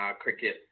cricket